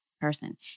person